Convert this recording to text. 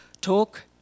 talk